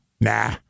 Nah